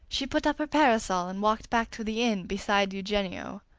she put up her parasol and walked back to the inn beside eugenio.